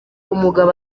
umugabo